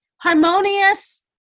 Harmonious